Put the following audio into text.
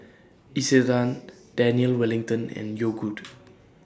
Isetan Daniel Wellington and Yogood